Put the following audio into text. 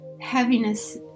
Heaviness